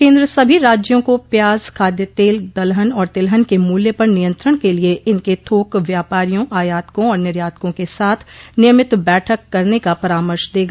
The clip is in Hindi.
केन्द्र सभी राज्यों को प्याज खाद्य तेल दलहन और तिलहन के मूल्य पर नियंत्रण के लिए इनके थोक व्यापारियों आयातकों और निर्यातकों के साथ नियमित बैठक करने का परामर्श देगा